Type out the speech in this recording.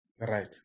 right